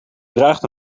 draagt